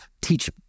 teach